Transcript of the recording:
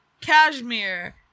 cashmere